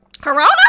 Corona